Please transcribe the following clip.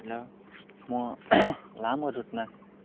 र मो लामो रुटमा